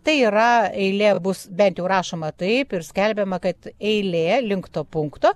tai yra eilė bus bent jau rašoma taip ir skelbiama kad eilė link to punkto